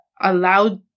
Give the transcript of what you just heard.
allowed